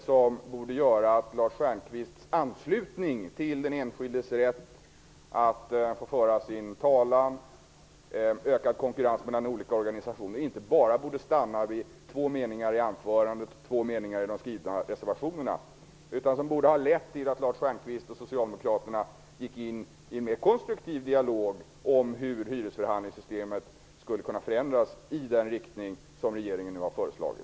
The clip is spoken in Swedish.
Det borde göra att Lars Stjernkvists anslutning till den enskildes rätt att föra sin talan och till ökad konkurrens mellan olika organisationer inte bara stannade vid två meningar i anförandet och två meningar i reservationerna. Det borde ha lett till att Lars Stjernkvist och Socialdemokraterna gick in i en mer konstruktiv dialog om hur hyresförhandlingssystemet skulle kunna förändras i den riktning som regeringen nu har föreslagit.